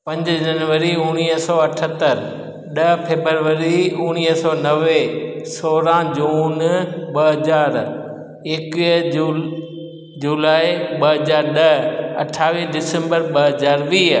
पंज जनवरी उणिवीह सौ अठहतरि ॾह फेबररी उणिवीह सौ नवे सोरहं जून ॿ हज़ार एकवीह जून जुलाई ॿ हज़ार ॾह अठावीह दिसंबर ॿ हज़ार वीह